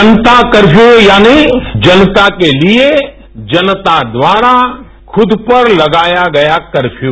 जनता curfew यानि जनता के लिये जनता द्वारा खुद पर लगाया गया कर्फयू